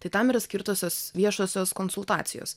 tai tam yra skirtosios viešosios konsultacijos